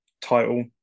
title